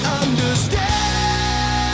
understand